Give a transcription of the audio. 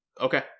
okay